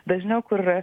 dažniau kur yra